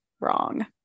wrong